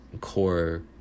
core